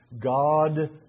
God